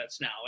now